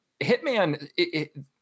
Hitman